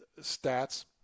stats